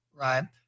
Right